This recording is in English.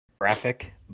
graphic